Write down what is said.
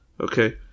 okay